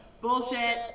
Bullshit